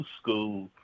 school